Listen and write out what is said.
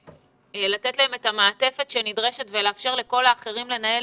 לתת להם את המעטפת הנדרשת ולאפשר לכל האחרים לנהל